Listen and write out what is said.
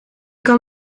kan